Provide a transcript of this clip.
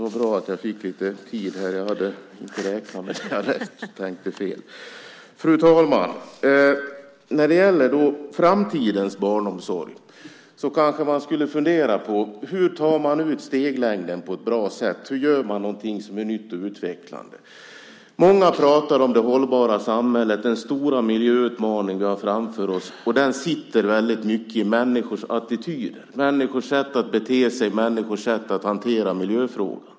Fru talman! När det gäller framtidens barnomsorg kanske man skulle fundera på hur man tar ut steglängden på ett bra sätt. Hur gör man något som är nytt och utvecklande? Många pratar om det hållbara samhället och den stora miljöutmaning vi har framför oss. Den sitter väldigt mycket i människors attityd, människors sätt att bete sig, människors sätt att hantera miljöfrågan.